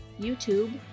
YouTube